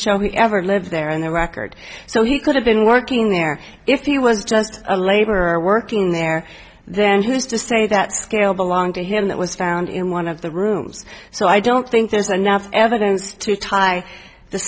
he ever lived there in the record so he could have been working there if he was just a laborer working there then who's to say that scale belonged to him that was found in one of the rooms so i don't think there's enough evidence to tie the